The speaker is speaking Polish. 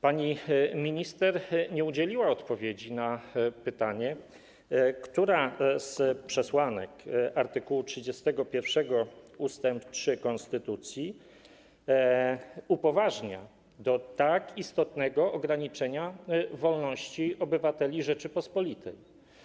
Pani minister nie udzieliła odpowiedzi na pytanie, która z przesłanek art. 31 ust. 3 konstytucji upoważnia do tak istotnego ograniczenia wolności obywateli Rzeczypospolitej.